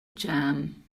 jam